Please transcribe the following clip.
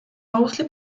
mostly